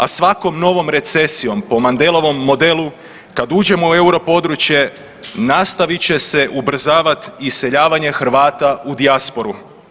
A svakom novom recesijom po Mandelovom modelu kad uđemo u euro područje nastavit će se ubrzavat iseljavanje Hrvata u dijasporu.